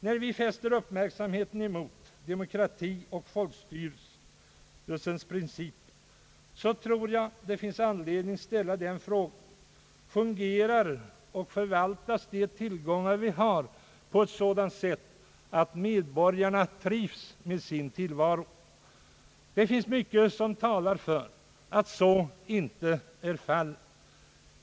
När vi fäster uppmärksamheten på demokratien och folkstyrelsens principer, tror jag det finns anledning att ställa frågan: Fungerar och förvaltas de tillgångar vi har på ett sådant sätt, att medborgarna trivs med sin tillvaro? Det finns mycket som talar för att så inte är fallet.